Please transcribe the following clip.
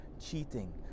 cheating